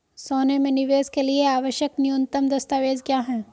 सोने में निवेश के लिए आवश्यक न्यूनतम दस्तावेज़ क्या हैं?